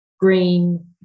green